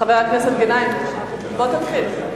חבר הכנסת גנאים, בוא תתחיל.